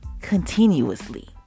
Continuously